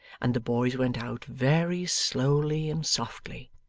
and the boys went out very slowly and softly.